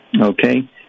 Okay